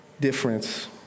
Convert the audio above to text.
difference